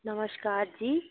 नमस्कार जी